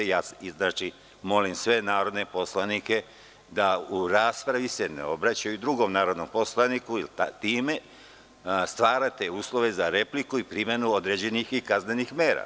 Molim sve narodne poslanike da u raspravi se ne obraćaju drugom narodnom poslaniku, jer time stvarate uslove za repliku i primenu određenih kaznenih mera.